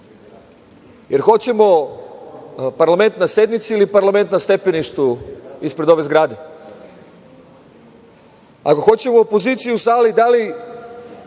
li hoćemo parlament na sednici ili parlament na stepeništu ispred ove zgrade? Ako hoćemo opoziciju u sali, da li